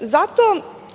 Zato